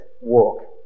walk